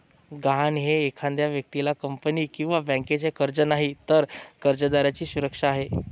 गहाण हे एखाद्या व्यक्तीला, कंपनीला किंवा बँकेचे कर्ज नाही, तर कर्जदाराची सुरक्षा आहे